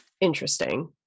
interesting